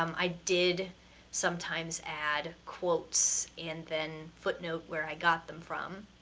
um i did sometimes add quotes and then footnote where i got them from.